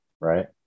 Right